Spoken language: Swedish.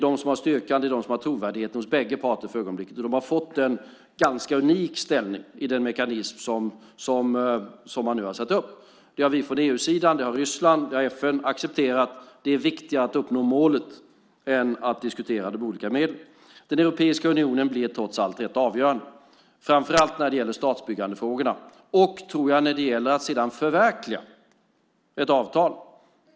De har styrkan, de har för ögonblicket trovärdighet hos bägge parter, och de har fått en ganska unik ställning i den mekanism som man nu har satt upp. Det har EU, det har Ryssland, och det har FN accepterat. Det är viktigare att uppnå målet än att diskutera de olika medlen. Europeiska unionen blir trots allt rätt avgörande, framför allt när det gäller statsbyggandefrågorna och, tror jag, när det gäller att sedan förverkliga ett avtal.